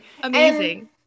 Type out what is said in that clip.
Amazing